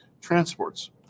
transports